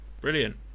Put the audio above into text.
Brilliant